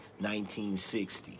1960